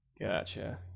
Gotcha